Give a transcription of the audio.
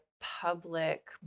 public